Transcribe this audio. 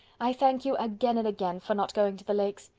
i thank you, again and again, for not going to the lakes.